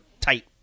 tight